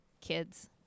kids